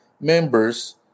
members